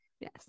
Yes